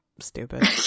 stupid